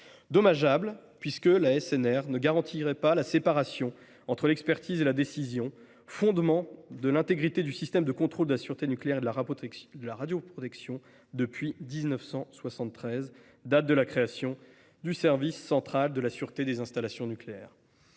dommageable, enfin, puisque l’ASNR ne garantirait pas la séparation entre l’expertise et la décision, fondement de l’intégrité du système de contrôle de la sûreté nucléaire et de la radioprotection depuis 1973, date de la création du service central de sûreté des installations nucléaires.